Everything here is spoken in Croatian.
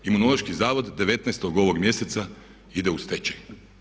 Imunološki zavod 19. ovog mjeseca ide u stečaj.